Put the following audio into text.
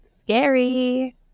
Scary